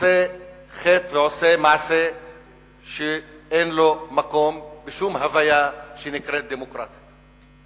עושה חטא ועושה מעשה שאין לו מקום בשום הוויה שנקראת דמוקרטיה.